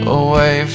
away